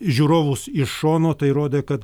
žiūrovus iš šono tai rodė kad